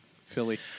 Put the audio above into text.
silly